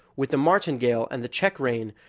with the martingale, and the check-rein,